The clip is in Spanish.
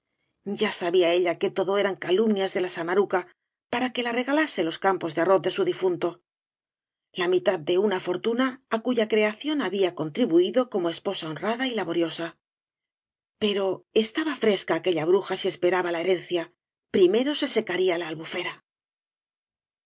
ya sabía ella que todo eran calumnias de la samaruca para que la regalase ios campos de arroz de su difunto la mitad de una fortuna á cuya creación había contribuido como esposa honrada y laboriosa pero estaba fresca aquella bruja si esperaba la herencia primero se secaría la albufera